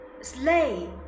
sleigh